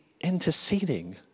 interceding